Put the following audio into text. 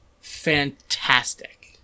fantastic